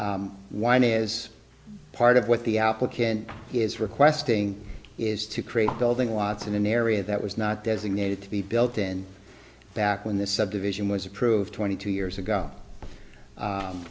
here whine is part of what the applicant is requesting is to create building lots in an area that was not designated to be built in back when this subdivision was approved twenty two years ago